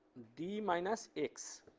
d minus x